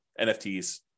NFTs